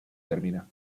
termina